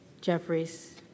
Jeffries